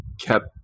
kept